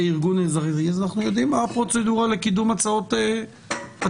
ארגון אזרחי אנחנו יודעים מה הפרוצדורה לקידום הצעות חוק.